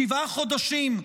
שבעה חודשים,